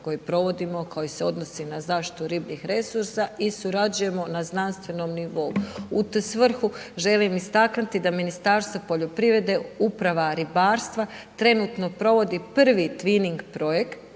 koje provodimo, koji se odnosi na zaštitu ribljih resursa i surađujemo na znanstvenom nivou. U tu svrhu želim istaknuti da Ministarstvo poljoprivreda, Uprava ribarstva, trenutno provodi prvi Twinning projekt,